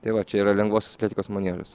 tai va čia yra lengvosios atletikos maniežas